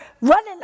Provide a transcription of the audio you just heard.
running